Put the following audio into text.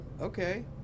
Okay